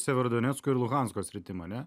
severdonecko ir luhansko sritim ane